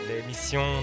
L'émission